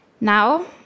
Now